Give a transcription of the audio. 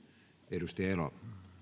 arvoisa puhemies